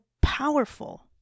powerful